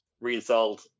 reinstalled